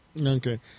Okay